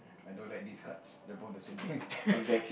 I don't like these cards they are both the same thing